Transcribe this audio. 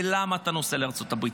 ולמה אתה נוסע לארצות הברית,